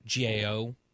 GAO